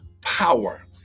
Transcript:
power